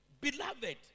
beloved